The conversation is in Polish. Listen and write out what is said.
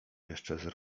jeszcze